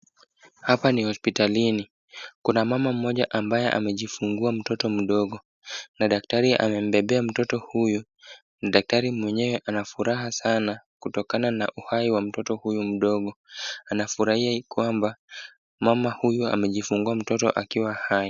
Hapa ni hospitalini, kuna mama mmoja ambaye amejifungua mtoto mdogo na daktari amembebea mtoto huyu. Daktari mwenyewe anafuraha sana, kutokana na uhai wa mtoto huyu mdogo. Anafurahia kwamba, mama huyu amejifungua mtoto akiwa hai.